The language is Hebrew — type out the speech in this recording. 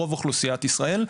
רוב האוכלוסייה בישראל.